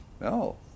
No